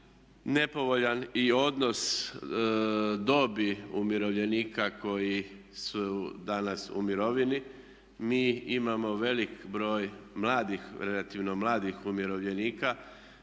nepovoljan i odnos dobi umirovljenika koji su danas u mirovini. Mi imamo veliki broj mladih, relativno mladih umirovljenika